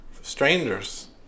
Strangers